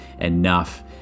enough